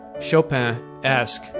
Chopin-esque